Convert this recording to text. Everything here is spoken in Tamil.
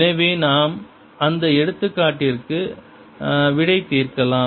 எனவே நாம் அந்த எடுத்துக்காட்டிற்கு விடை தீர்க்கலாம்